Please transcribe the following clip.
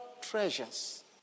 treasures